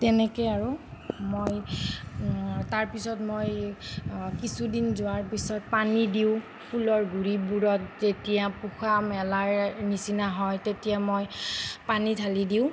তেনেকে আৰু মই তাৰ পিছত মই কিছুদিন যোৱাৰ পিছত পানী দিওঁ ফুলৰ গুৰিবোৰত যেতিয়া পোখা মেলাৰ নিচিনা হয় তেতিয়া মই পানী ঢালি দিওঁ